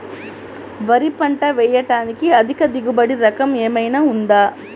వరి పంట వేయటానికి అధిక దిగుబడి రకం ఏమయినా ఉందా?